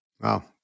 wow